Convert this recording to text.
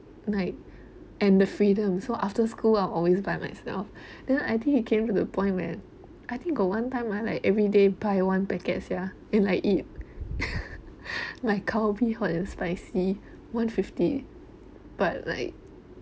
like and the freedom so after school I will always buy myself then I think it came to the point where I think got one time ah like everyday buy one packet sia and like eat my Calbee hot and spicy one fifty but like